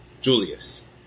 Julius